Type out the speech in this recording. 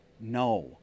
no